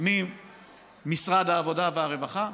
ממשרד העבודה והרווחה.